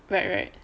right right